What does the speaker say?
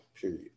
Period